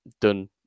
done